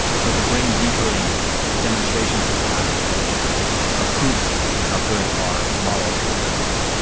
so the brain decoding demonstrations we have is really just a ah proof of how good our models of the brain are.